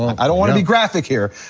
i don't wanna be graphic here,